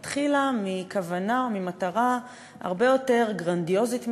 היא התחילה מכוונה או ממטרה הרבה יותר גרנדיוזית מזאת,